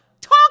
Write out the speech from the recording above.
Talk